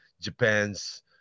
Japan's